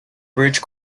bridge